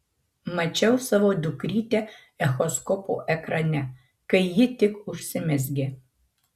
mačiau savo dukrytę echoskopo ekrane kai ji tik užsimezgė